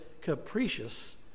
capricious